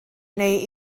neu